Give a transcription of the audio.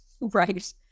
Right